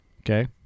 Okay